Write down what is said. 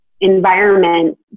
environment